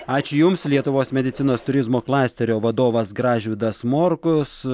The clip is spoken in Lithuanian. ačiū jums lietuvos medicinos turizmo klasterio vadovas gražvydas morkus